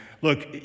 look